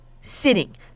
sitting